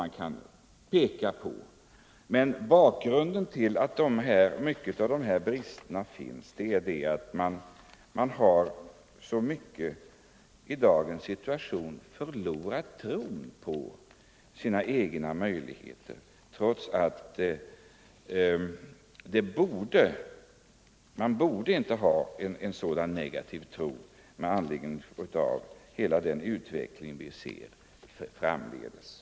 Men anledningen till de brister man kan peka på i dessa avseenden är att redarna i dagens situation i så stor utsträckning förlorat tron på sina egna möjligheter, trots att de med anledning av den utveckling vi kan se framför oss inte borde hysa så negativa förväntningar.